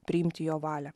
priimti jo valią